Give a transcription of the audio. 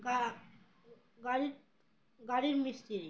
গা গাড়ির গাড়ির মিস্ত্রি